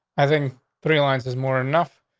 i think three lines is more enough.